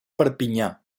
perpinyà